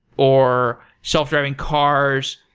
or self-driving cars,